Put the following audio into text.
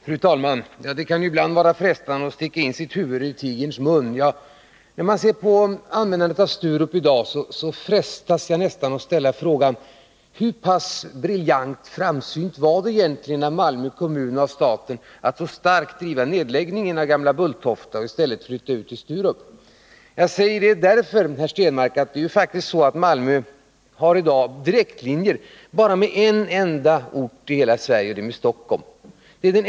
Fru talman! Det kan ibland vara frestande att sticka in sitt huvud i tigerns mun. När jag ser på användandet av Sturup i dag frestas jag nästan att ställa frågan: Hur pass briljant framsynt var det egentligen av Malmö kommun och staten att så starkt driva nedläggningen av gamla Bulltofta och i stället flytta flygplatsen till Sturup? Jag säger det, herr Stenmarck, därför att det faktiskt är så att Malmö i dag har direktlinje bara till en enda ort i Sverige — Stockholm.